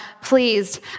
pleased